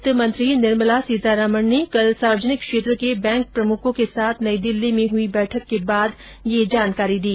वित्त मंत्री निर्मला सीतारमण ने कल सार्वजनिक क्षेत्र के बैंक प्रमुखों के साथ नई दिल्ली में हई बैठक के बाद ये जानकारी दी